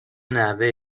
نحوه